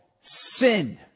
sin